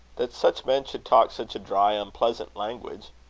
that such men should talk such a dry, unpleasant language.